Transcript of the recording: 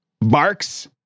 barks